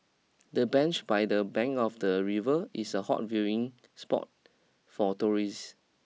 the bench by the bank of the river is a hot viewing spot for tourists